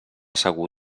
segur